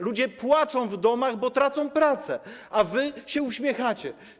Ludzie płaczą w domach, bo tracą prace, a wy się uśmiechacie.